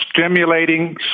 stimulating